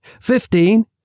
Fifteen